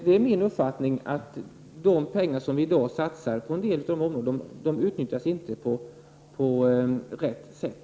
Det är min uppfattning att de pengar som vi i dag satsar på en del av de områdena inte utnyttjas på rätt sätt.